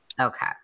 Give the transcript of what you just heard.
Okay